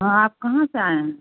हाँ आप कहाँ से आए हैं